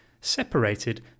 separated